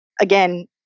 again